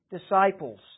disciples